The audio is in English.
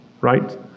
right